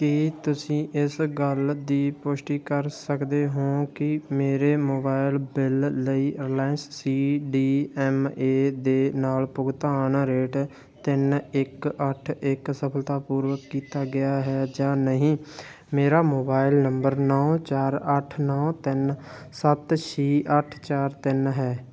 ਕੀ ਤੁਸੀਂ ਇਸ ਗੱਲ ਦੀ ਪੁਸ਼ਟੀ ਕਰ ਸਕਦੇ ਹੋ ਕਿ ਮੇਰੇ ਮੋਬਾਈਲ ਬਿੱਲ ਲਈ Reliance C D M A ਦੇ ਨਾਲ ਭੁਗਤਾਨ ਰੇਟ ਤਿੰਨ ਇੱਕ ਅੱਠ ਇੱਕ ਸਫਲਤਾਪੂਰਵਕ ਕੀਤਾ ਗਿਆ ਹੈ ਜਾਂ ਨਹੀਂ ਮੇਰਾ ਮੋਬਾਈਲ ਨੰਬਰ ਨੌਂ ਚਾਰ ਅੱਠ ਨੌਂ ਤਿੰਨ ਸੱਤ ਛੇ ਅੱਠ ਚਾਰ ਤਿੰਨ ਹੈ